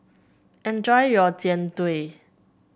enjoy your Jian Dui